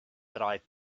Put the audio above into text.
tried